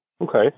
Okay